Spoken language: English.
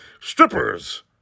Strippers